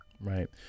Right